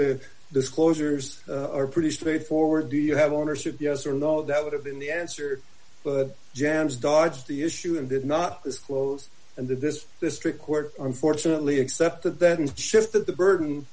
the disclosures are pretty straightforward do you have ownership yes or no that would have been the answer but jan's dodge the issue and did not disclose and that this district court unfortunately accepted that shifted the burden